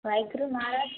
Waheguru Maharaj